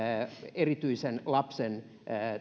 erityisen lapsen